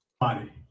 body